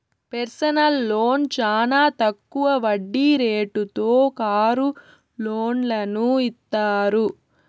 personal loan చానా తక్కువ వడ్డీ రేటుతో కారు లోన్లను ఇత్తారు